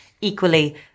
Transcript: equally